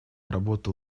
работал